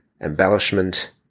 embellishment